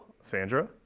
Sandra